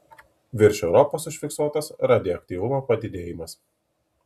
virš europos užfiksuotas radioaktyvumo padidėjimas